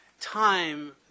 time